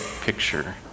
picture